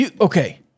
Okay